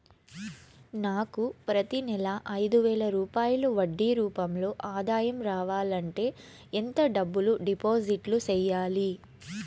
నాకు ప్రతి నెల ఐదు వేల రూపాయలు వడ్డీ రూపం లో ఆదాయం రావాలంటే ఎంత డబ్బులు డిపాజిట్లు సెయ్యాలి?